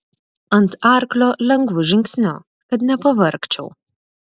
ant arklio lengvu žingsniu kad nepavargčiau